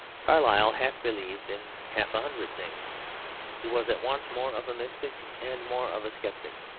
carlyle half believed in half a hundred things he was at once more of a mystic and more of a sceptic.